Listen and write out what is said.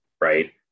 right